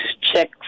check